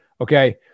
Okay